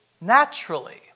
naturally